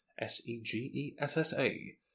s-e-g-e-s-s-a